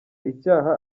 icyaha